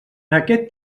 aquest